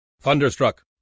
Thunderstruck